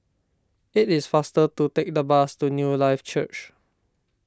it is faster to take the bus to Newlife Church